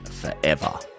forever